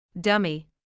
Dummy